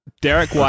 Derek